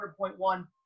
100.1